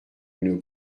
une